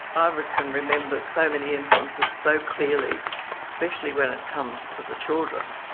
i can remember so many instances so clearly especially when it comes to the children,